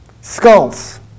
Skulls